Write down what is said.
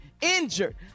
injured